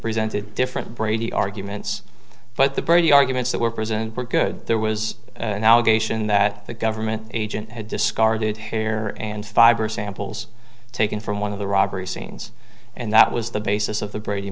presented different brady arguments but the brady arguments that were presented were good there was an allegation that the government agent had discarded hair and fiber samples taken from one of the robbery scenes and that was the basis of the brady